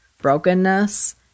brokenness